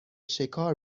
شکار